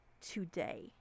today